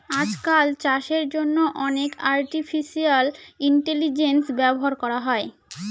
আজকাল চাষের জন্য অনেক আর্টিফিশিয়াল ইন্টেলিজেন্স ব্যবহার করা হয়